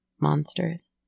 monsters